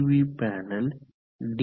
we panel D